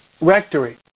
rectory